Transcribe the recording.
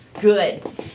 Good